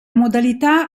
modalità